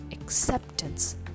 acceptance